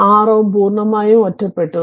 അതിനാൽ 6Ω പൂർണ്ണമായും ഒറ്റപ്പെട്ടു